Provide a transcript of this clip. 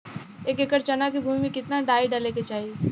एक एकड़ चना के भूमि में कितना डाई डाले के चाही?